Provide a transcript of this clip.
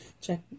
check